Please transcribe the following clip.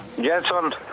Jensen